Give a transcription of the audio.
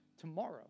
tomorrow